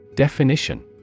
Definition